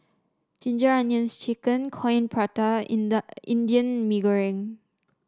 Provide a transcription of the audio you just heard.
Ginger Onions chicken Coin Prata and Indian Mee Goreng